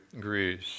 Greece